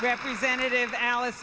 representative alice